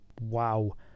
Wow